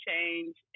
change